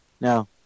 No